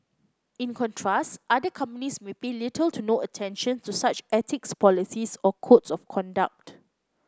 in contrast other companies may pay little to no attention to such ethics policies or codes of conduct